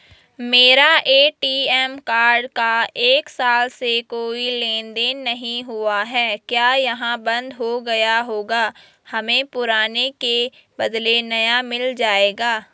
मेरा ATM card का एक साल से कोई लेन देन नहीं हुआ है क्या यह बन्द हो गया होगा हमें पुराने के बदलें नया मिल जाएगा?